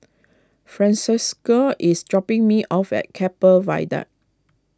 Francesca is dropping me off at Keppel Viaduct